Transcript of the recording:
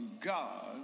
God